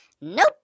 Nope